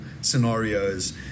scenarios